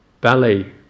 ballet